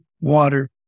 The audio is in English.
water